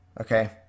Okay